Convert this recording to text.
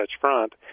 Front